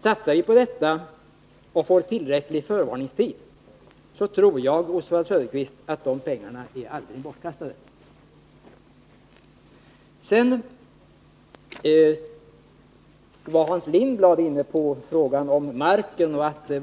Satsar vi på detta och får tillräcklig förvarningstid tror jag, Oswald Söderqvist, att pengarna för dessa ändamål aldrig är bortkastade. Sedan var Hans Lindblad inne på frågan om marken och anförde, att det